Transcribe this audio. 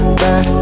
back